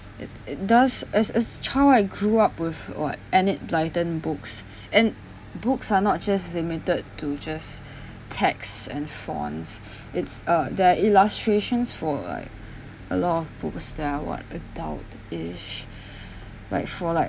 it it does as a child I grew up with what enid blyton books and books are not just limited to just texts and fonts it's uh there are illustrations for like a lot of books that are what adult-ish like for like